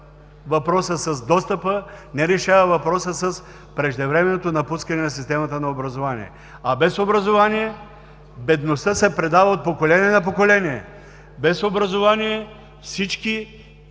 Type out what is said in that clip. въпроса с достъпа, не решава въпроса с преждевременното напускане на системата на образование. А без образование бедността се предава от поколение на поколение; без образование всички,